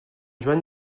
joan